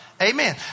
Amen